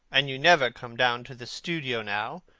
and you never come down to the studio now,